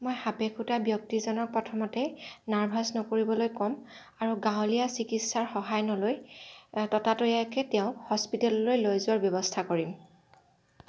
মই সাপে খুটা ব্যক্তিজনক প্ৰথমতে নাৰ্ভাছ নকৰিবলৈ ক'ম আৰু গাঁৱলীয়া চিকিৎসাৰ সহায় নলৈ ততাতৈয়াকৈ তেওঁক হস্পিতাললৈ লৈ যোৱাৰ ব্যৱস্থা কৰিম